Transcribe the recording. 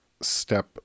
step